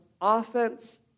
offense